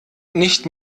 nicht